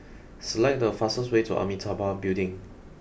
select the fastest way to Amitabha Building